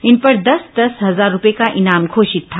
इन पर दस दस हजार रूपये का इनाम घोषित था